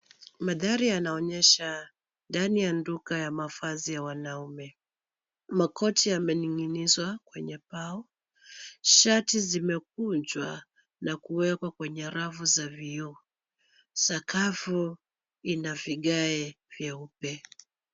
Madhari yanaonyesha ndani ya duka lamavazi ya wanaume. Makoti yamening'inizwa kwenye mbao, shati zimekujwa na kuekwa kwenye rafu za vioo, sakafu inavigae vyeupe.